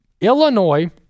Illinois